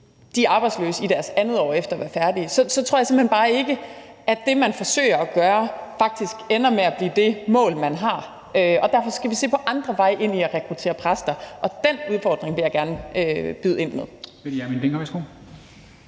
er arbejdsløs i sit andet år efter at være færdig, tror jeg bare ikke, at det, man forsøger at gøre, faktisk ender med at blive det mål, man har. Derfor skal vi se på andre veje ind i at rekruttere præster, og den udfordring vil jeg gerne byde ind med.